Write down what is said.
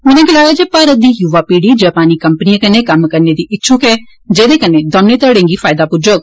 उनें गलाया जे भारत दी युवा पीढ़ी जापानी कम्पनिएं कन्नै कम्म करने दी इच्छुक ऐ जेदे कन्नै दौने घड़े गी फायदा पुज्जोग